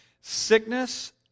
Sickness